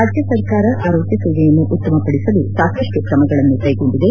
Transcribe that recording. ರಾಜ್ಯ ಸರ್ಕಾರ ಆರೋಗ್ತ ಸೇವೆಯನ್ನು ಉತ್ತಮ ಪಡಿಸಲು ಸಾಕಪ್ಪು ತ್ರಮಗಳನ್ನು ಕೈಗೊಂಡಿದೆ